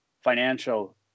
financial